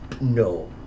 No